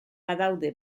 badaude